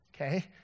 okay